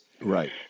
Right